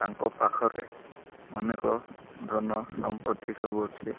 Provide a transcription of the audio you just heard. ତାଙ୍କ ପାଖରେ ଅନେକ ଧନ ସମ୍ପତ୍ତି ସବୁ ଅଛି